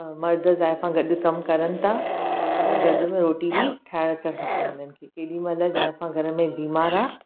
मर्द जाइफ़ा गॾु कमु करण था त गॾु में कमु रोटी बि ठाहिणु अचणु खपे हुननि खे केॾी महिल जाइफ़ा घर में बीमार आहे